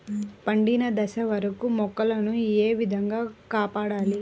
పండిన దశ వరకు మొక్కల ను ఏ విధంగా కాపాడాలి?